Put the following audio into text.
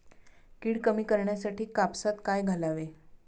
कीड कमी करण्यासाठी कापसात काय घालावे?